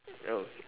oh